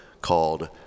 called